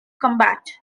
combat